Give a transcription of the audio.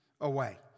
away